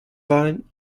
wahlen